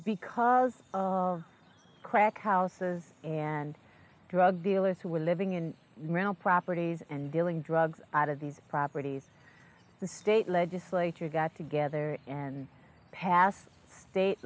because of crack houses and drug dealers who are living in rental properties and dealing drugs out of these properties the state legislature got together and pass